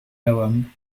noam